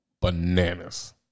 bananas